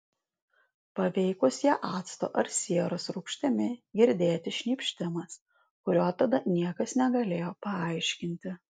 paveikus ją acto ar sieros rūgštimi girdėti šnypštimas kurio tada niekas negalėjo paaiškinti